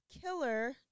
killer